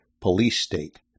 police-state